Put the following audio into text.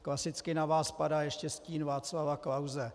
Klasicky na vás padá ještě stín Václava Klause.